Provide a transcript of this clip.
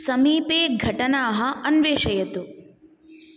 समीपे घटनाः अन्वेषयतु